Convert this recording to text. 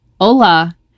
hola